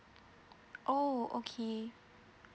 oh okay